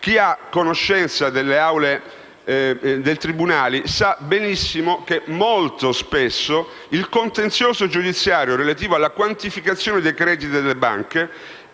chi ha conoscenza dei tribunali sa benissimo che il contenzioso giudiziario relativo alla quantificazione dei crediti delle banche